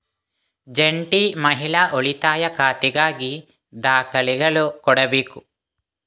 ಜಂಟಿ ಮಹಿಳಾ ಉಳಿತಾಯ ಖಾತೆಗಾಗಿ ದಾಖಲೆಗಳು ಕೊಡಬೇಕು